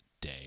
day